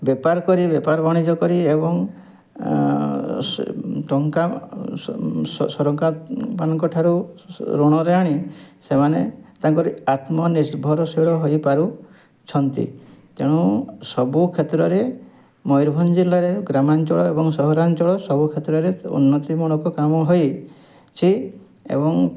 ବେପାର କରି ବେପାର ବଣିଜ କରି ଏବଂ ସ ଟଙ୍କା ସରକାରମାନଙ୍କଠାରୁ ଋଣରେ ଆଣି ସେମାନେ ତାଙ୍କରି ଆତ୍ମନିର୍ଭରଶୀଳ ହୋଇପାରୁଛନ୍ତି ତେଣୁ ସବୁ କ୍ଷେତ୍ରରେ ମୟୁରଭଞ୍ଜ ଜିଲ୍ଲାରେ ଗ୍ରାମାଞ୍ଚଳ ଏବଂ ସହରାଞ୍ଚଳ ସବୁ କ୍ଷେତ୍ରରେ ଉନ୍ନତିମୂଳକ କାମ ହୋଇଛି ଏବଂ